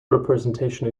representation